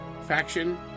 faction